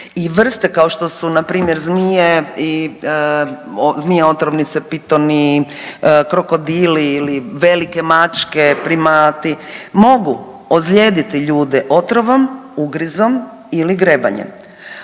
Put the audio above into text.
I vrste kao što su npr. zmije, zmije otrovnice, pitoni, krokodili ili velike mačke, primati, mogu ozlijediti ljude otrovom, ugrizom ili grebanjem.